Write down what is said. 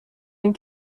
این